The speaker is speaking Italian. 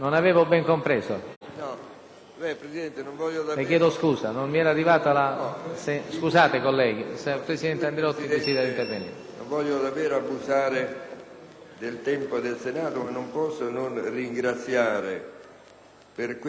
Presidente, non voglio davvero abusare del tempo delSenato, ma non posso non ringraziare per quello che ho udito.